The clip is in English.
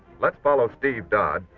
let's follow steve dodd,